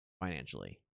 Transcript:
financially